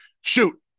shoot